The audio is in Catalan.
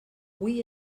hui